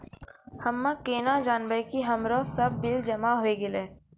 हम्मे केना जानबै कि हमरो सब बिल जमा होय गैलै?